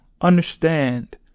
Understand